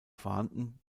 vorhanden